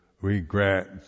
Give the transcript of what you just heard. regrets